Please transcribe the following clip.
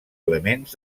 elements